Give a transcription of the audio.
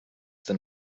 than